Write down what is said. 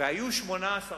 והיו 18 שרים.